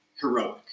heroic